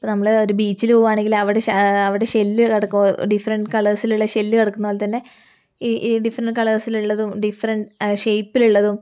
ഇപ്പൊൾ നമ്മൾ ഒരു ബീച്ചിൽ പോകുവാണെങ്കിൽ അവിടെ അവിടെ ഷെല്ല് കിടക്കും ഡിഫറെൻറ് കളേഴ്സിലുള്ള ഷെല്ല് കിടക്കുന്ന പോലെതന്നെ ഈ ഡിഫറെൻറ് കളേഴ്സിൽ ഉള്ളതും ഡിഫറെൻറ് ഷേയിപ്പിൽ ഉള്ളതും